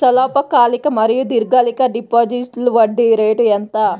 స్వల్పకాలిక మరియు దీర్ఘకాలిక డిపోజిట్స్లో వడ్డీ రేటు ఎంత?